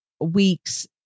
weeks